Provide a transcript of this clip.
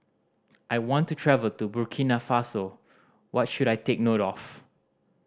I want to travel to Burkina Faso what should I take note of